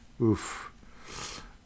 Oof